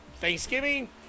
Thanksgiving